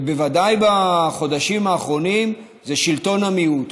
ובוודאי בחודשים האחרונים זה שלטון המיעוט.